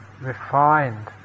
refined